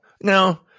Now